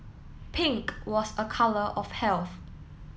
pink was a colour of health